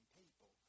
people